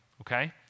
okay